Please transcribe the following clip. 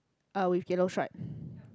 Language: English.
uh with yellow stripe